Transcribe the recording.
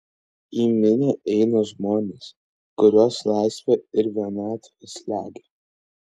į minią eina žmonės kuriuos laisvė ir vienatvė slegia